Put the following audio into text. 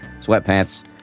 sweatpants